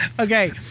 Okay